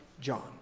John